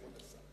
כבוד השר.